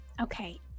Okay